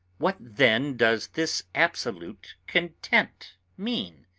what then does this absolute content mean?